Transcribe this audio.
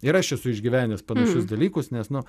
ir aš esu išgyvenęs panašius dalykus nes nu